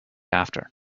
after